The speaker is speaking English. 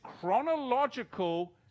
chronological